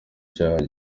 cyaha